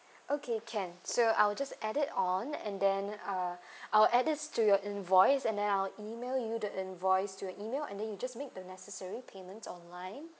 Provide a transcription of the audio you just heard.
okay can so I'll just add it on and then uh I'll add this to your invoice and then I'll email you the invoice to your email and then you just make the necessary payments online